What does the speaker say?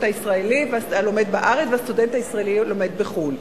הישראלי הלומד בארץ והסטודנט הישראלי הלומד בחו"ל.